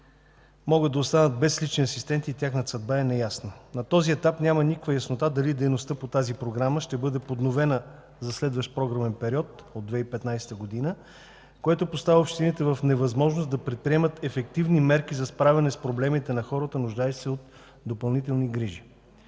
могат да останат без лични асистенти и тяхната съдба е неясна. На този етап няма никаква яснота дали дейността по тази програма ще бъде подновена за следващия програмен период – от 2015 г., което поставя общините в невъзможност да предприемат ефективни мерки за справяне с проблемите на хората, нуждаещи се от допълнителни грижи.